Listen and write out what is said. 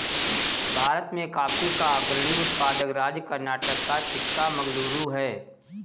भारत में कॉफी का अग्रणी उत्पादक राज्य कर्नाटक का चिक्कामगलूरू है